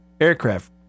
aircraft